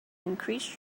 increase